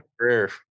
career